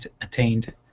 attained